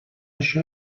això